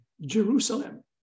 Jerusalem